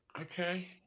Okay